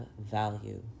value